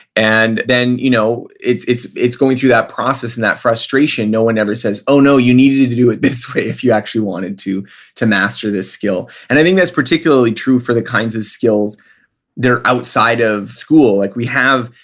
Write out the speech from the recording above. and then you know it's going it's going through that process and that frustration no one ever says, oh no, you needed to do it this way if you actually wanted to to master this skill. and i think that's particularly true for the kinds of skills that are outside of school like we have,